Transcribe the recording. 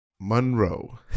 Monroe